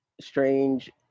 strange